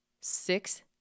six